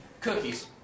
Cookies